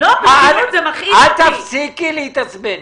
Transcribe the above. אל תפסיקי להתעצבן.